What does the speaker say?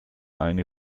eine